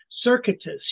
circuitous